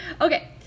Okay